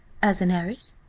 as an heiress,